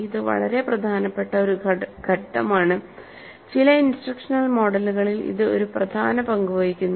ഇത് വളരെ പ്രധാനപ്പെട്ട ഒരു ഘട്ടമാണ് ചില ഇൻസ്ട്രക്ഷണൽ മോഡലുകളിൽ ഇത് ഒരു പ്രധാന പങ്ക് വഹിക്കുന്നു